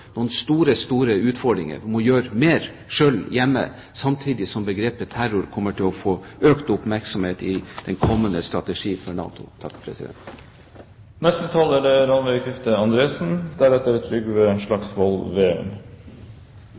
noen store utfordringer: Vi må selv gjøre mer hjemme, samtidig som terror kommer til å få økt oppmerksomhet i NATOs kommende strategi. Representanten Gustavsen bringer et viktig tema til debatt. Det er